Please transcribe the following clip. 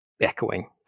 echoing